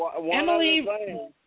Emily